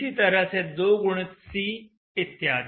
इसी तरह से 2 गुणित C इत्यादि